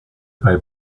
bei